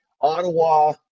Ottawa